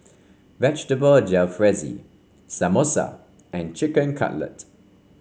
Vegetable Jalfrezi Samosa and Chicken Cutlet